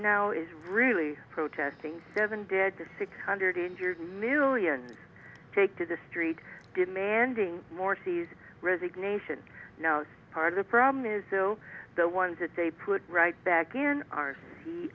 now is really protesting seven dead the six hundred injured millions take to the streets demanding more sees resignation as part of the problem is the ones that they put right back in